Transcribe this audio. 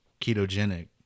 ketogenic